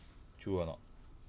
true or not